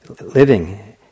living